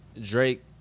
Drake